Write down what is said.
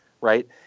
right